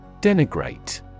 Denigrate